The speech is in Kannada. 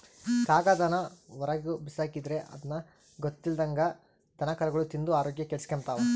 ಕಾಗದಾನ ಹೊರುಗ್ಬಿಸಾಕಿದ್ರ ಅದುನ್ನ ಗೊತ್ತಿಲ್ದಂಗ ದನಕರುಗುಳು ತಿಂದು ಆರೋಗ್ಯ ಕೆಡಿಸೆಂಬ್ತವ